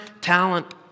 talent